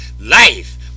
life